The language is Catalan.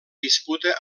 disputa